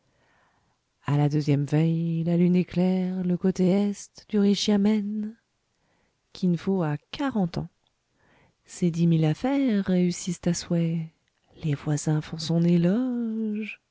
a la deuxième veille la lune éclaire le côté est du riche yamen kin fo a quarante ans ses dix mille affaires réussissent à souhait les voisins font son éloge